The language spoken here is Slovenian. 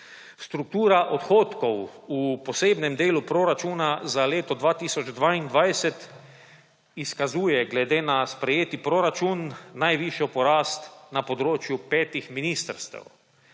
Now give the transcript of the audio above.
Struktura odhodkov v posebnem delu proračuna za leto 2022 izkazuje glede na sprejeti proračun najvišji porast na področju petih ministrstev.